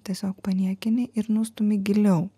tiesiog paniekini ir nustumi giliau